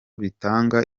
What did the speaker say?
bitanga